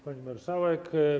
Pani Marszałek!